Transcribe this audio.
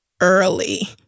early